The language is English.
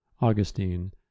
Augustine